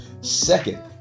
Second